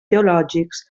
teològics